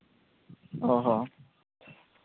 ᱦᱮᱸ ᱦᱮᱸ